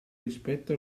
rispetto